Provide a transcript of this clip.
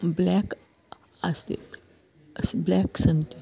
black आसीत् अस्ति black सन्ति